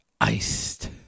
iced